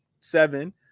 seven